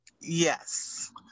Yes